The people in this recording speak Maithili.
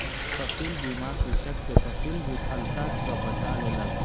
फसील बीमा कृषक के फसील विफलता सॅ बचा लेलक